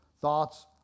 Thoughts